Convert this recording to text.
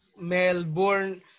Melbourne